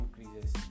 increases